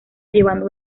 llevando